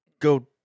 go